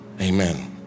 Amen